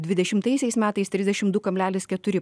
dvidešimtaisiais metais trisdešim du kablelis keturi